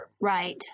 Right